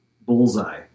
bullseye